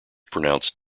pronounced